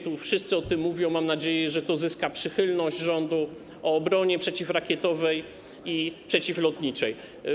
Tu wszyscy mówią - mam nadzieję, że to zyska przychylność rządu - o obronie przeciwrakietowej i przeciwlotniczej.